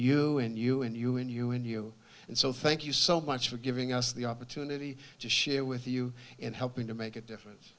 you and you and you and you and you and so thank you so much for giving us the opportunity to share with you in helping to make a difference